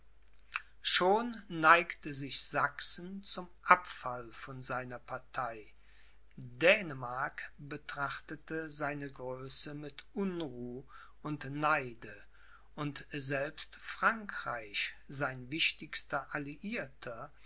schon neigte sich sachsen zum abfall von seiner partei dänemark betrachtete seine größe mit unruh und neide und selbst frankreich sein wichtigster alliierter